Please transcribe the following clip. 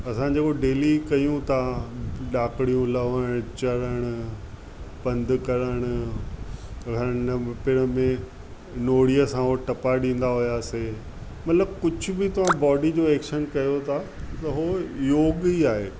अंसाजो daily कयूं त ॾाकणियूं लहणु चढ़णु पंधु करणु हंधि पिण में नोड़ीअ सां उहो टपा ॾींदा हुआसीं मतिलबु कुझु बि तव्हां बॉडी जो ऐक्शन कयो था त उहो योग ई आहे